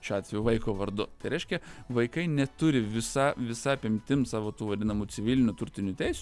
šiuo atveju vaiko vardu reiškia vaikai neturi visa visa apimtim savo tų vadinamų civilinių turtinių teisių